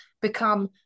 become